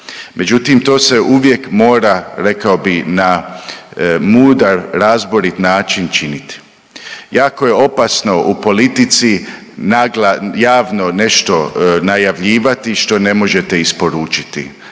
Međutim, to se uvijek mora rekao bi na mudar, razborit način činiti. Jako je opasno u politici nagla, javno nešto najavljivati što ne možete isporučiti